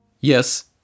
Yes